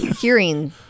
hearing